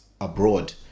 Abroad